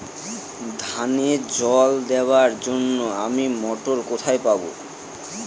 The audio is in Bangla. ধানে জল দেবার জন্য আমি মটর কোথায় পাবো?